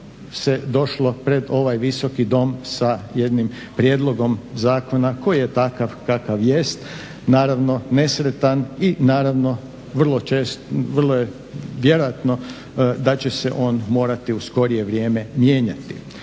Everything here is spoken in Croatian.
se došlo pred ovaj Visoki dom sa jednim prijedlogom zakona koji je takav kakav jest naravno nesretan i vrlo je vjerojatno da će se on u skorije vrijeme morati